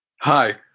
Hi